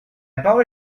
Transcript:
parole